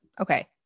okay